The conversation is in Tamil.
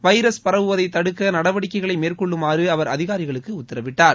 வைரஸ் பரவுவதை தடுக்க நடவடிக்கைகளை மேற்கொள்ளுமாறு அவர் அதிகாரிகளுக்கு உத்தரவிட்டார்